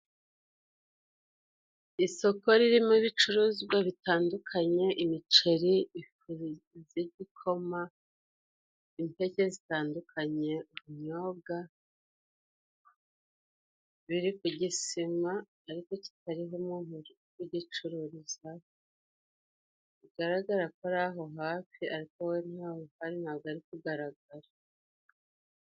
Isoko ririmo ibicuruzwa bitandukanye, imiceri, ifu z'igikoma, impeke zitandukanye, ubunyobwa, biri kugisima ariko kitariho umuntu uri kugicururizaho, bigaragara ko ari aho hafi, ariko we ntabwo ari kugaragara.